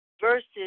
versus